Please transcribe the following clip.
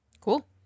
Cool